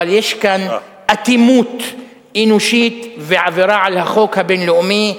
אבל יש כאן אטימות אנושית ועבירה על החוק הבין-לאומי,